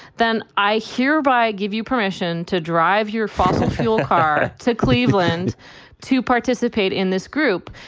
then i hereby give you permission to drive your fossil fuel car to cleveland to participate in this group,